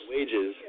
Wages